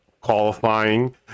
qualifying